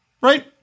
right